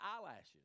eyelashes